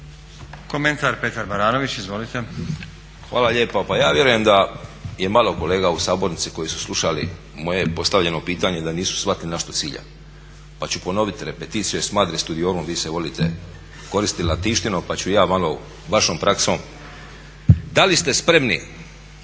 Petar (Reformisti)** Hvala lijepo. Pa ja vjerujem da je malo kolega u sabornici koji su slušali moje postavljeno pitanje da nisu shvatili na što ciljam, pa ću ponoviti repeticiju …/Govornik se ne razumije./… vi se volite koristit latinštinom pa ću i ja malo vašom praksom. Da li ste spremni